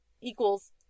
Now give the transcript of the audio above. equals